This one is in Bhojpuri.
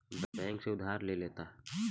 बैंक से उधार ले लेता